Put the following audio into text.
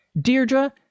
Deirdre